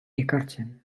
ekartzen